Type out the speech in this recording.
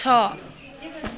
छ